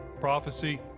prophecy